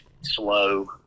slow